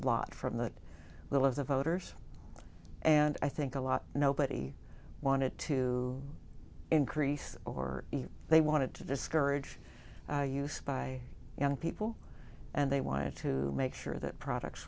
lot from the will of the voters and i think a lot nobody wanted to increase or they wanted to discourage use by young people and they wanted to make sure that products